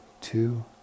two